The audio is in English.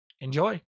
Enjoy